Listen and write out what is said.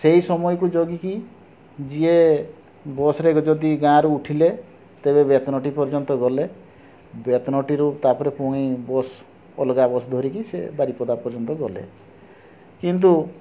ସେଇ ସମୟକୁ ଜଗିକି ଯିଏ ବସ୍ରେ ଯଦି ଗାଁରୁ ଉଠିଲେ ତେବେ ବେତନଟୀ ପର୍ଯ୍ୟନ୍ତ ଗଲେ ବେତନଟୀରୁ ତାପରେ ପୁଣି ବସ୍ ଅଲଗା ବସ୍ ଧରିକି ସେ ବାରିପଦା ପର୍ଯ୍ୟନ୍ତ ଗଲେ କିନ୍ତୁ